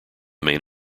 main